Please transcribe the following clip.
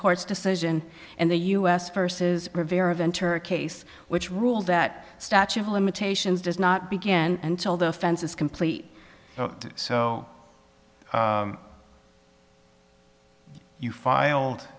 court's decision and the u s versus rivera ventre case which ruled that statute of limitations does not begin until the offense is complete so you filed